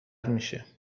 میشه